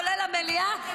כולל המליאה,